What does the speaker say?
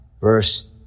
verse